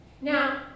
Now